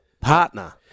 partner